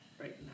right